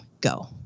Go